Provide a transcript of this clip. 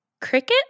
cricket